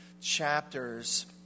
chapters